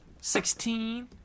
Sixteen